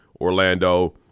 Orlando